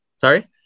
Sorry